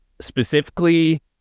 specifically